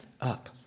up